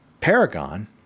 paragon